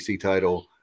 title